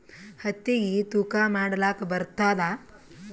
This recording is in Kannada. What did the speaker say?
ಹತ್ತಿಗಿ ತೂಕಾ ಮಾಡಲಾಕ ಬರತ್ತಾದಾ?